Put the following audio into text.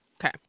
Okay